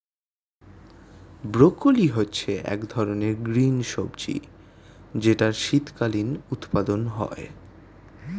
broccoli হচ্ছে এক ধরনের গ্রিন সবজি যেটার শীতকালীন উৎপাদন হয়ে